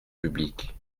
public